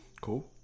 cool